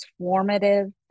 transformative